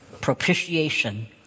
propitiation